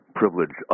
privilege